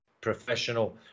professional